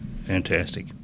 Fantastic